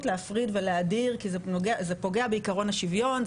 להפריד ולהדיר כי זה פוגע בעיקרון השוויון,